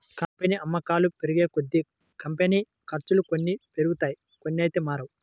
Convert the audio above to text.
company అమ్మకాలు పెరిగేకొద్దీ, company ఖర్చులు కొన్ని పెరుగుతాయి కొన్నైతే మారవు